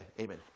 Amen